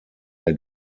der